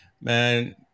man